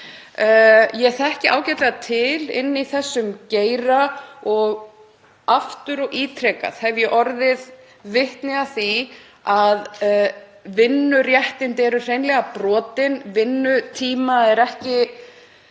Ég þekki ágætlega til í þessum geira og aftur og ítrekað hef ég orðið vitni að því að vinnuréttindi eru hreinlega brotin. Ekki